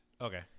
Okay